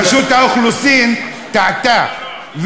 רשות האוכלוסין טעתה,